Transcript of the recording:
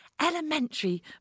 Elementary